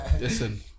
Listen